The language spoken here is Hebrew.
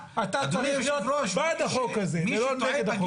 אדוני היושב-ראש --- אתה צריך להיות בעד החוק הזה ולא נגד החוק הזה.